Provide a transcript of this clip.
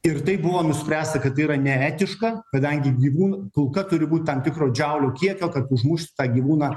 ir taip buvo nuspręsta kad tai yra neetiška kadangi gyvūn kulka turi būt tam tikro džiaulių kiekio kad užmušt tą gyvūną